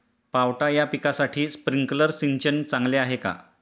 पावटा या पिकासाठी स्प्रिंकलर सिंचन चांगले आहे का?